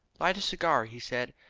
light a cigar, he said.